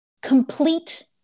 Complete